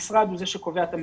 המשרד הוא זה שקובע את המתווה,